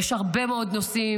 יש הרבה מאוד נושאים,